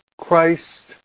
Christ